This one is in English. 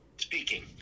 Speaking